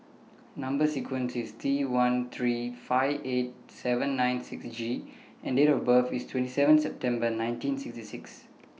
Number sequence IS T one three five eight seven nine six G and Date of birth IS twenty seven September nineteen sixty six